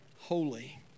holy